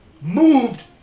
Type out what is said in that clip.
moved